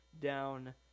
down